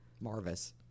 Marvis